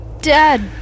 Dad